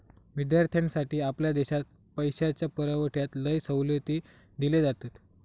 विद्यार्थ्यांसाठी आपल्या देशात पैशाच्या पुरवठ्यात लय सवलती दिले जातत